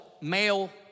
male